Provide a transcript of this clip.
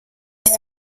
miss